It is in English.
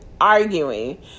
arguing